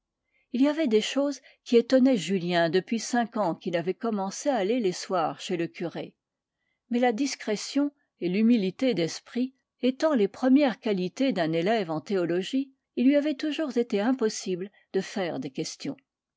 il y avait des choses qui étonnaient julien depuis cinq ans qu'il avait commencé à aller les soirs chez le curé mais la discrétion et l'humilité d'esprit étant les premières qualités d'un élève en théologie il lui avait toujours été impossible de faire des questions